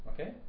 Okay